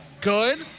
good